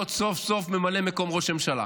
להיות סוף-סוף ממלא מקום ראש הממשלה?